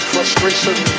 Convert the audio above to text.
Frustration